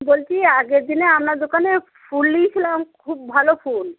বলছি আগের দিনে আপনার দোকানে ফুল নিয়েছিলাম খুব ভালো ফুল